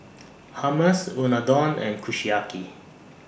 Hummus Unadon and Kushiyaki